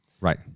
right